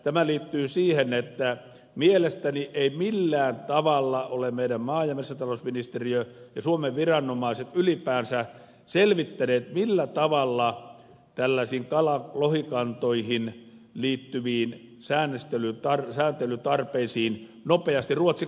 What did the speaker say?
tämä liittyy siihen että mielestäni meidän maa ja metsätalousministeriömme ja suomen viranomaiset eivät millään tavalla ole ylipäänsä selvittäneet millä tavalla tällaisiin lohikantoihin liittyviin sääntelytarpeisiin nopeasti ruotsin kanssa puututaan